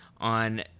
on